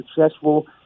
successful